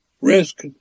risk